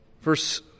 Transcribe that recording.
Verse